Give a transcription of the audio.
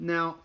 Now